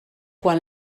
quan